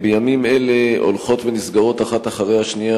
בימים אלה הולכות ונסגרות אחת אחרי השנייה